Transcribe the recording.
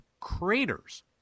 craters